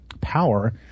power